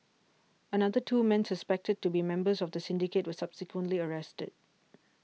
another two men suspected to be members of the syndicate were subsequently arrested